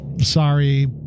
Sorry